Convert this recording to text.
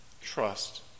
Trust